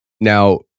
Now